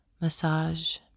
massage